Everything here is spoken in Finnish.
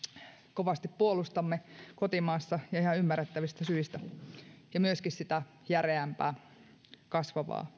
kovasti puolustamme kotimaassa ihan ymmärrettävistä syistä ja myöskin sitä järeämpää kasvavaa